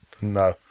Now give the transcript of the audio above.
no